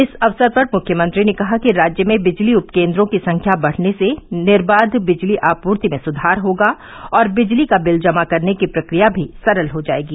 इस अवसर पर मुख्यमंत्री ने कहा कि राज्य में बिजली उपकेन्द्रों की संख्या बढ़ने से निर्बाध बिजली आपूर्ति में सुधार होगा और बिजली का बिल जमा करने की प्रक्रिया भी सरल हो जायेगी